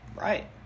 Right